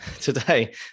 today